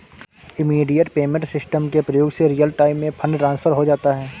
immediate payment system के प्रयोग से रियल टाइम में फंड ट्रांसफर हो जाता है